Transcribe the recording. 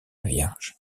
vierge